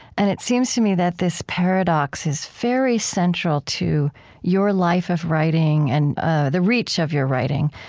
and it seems to me that this paradox is very central to your life of writing and the reach of your writing.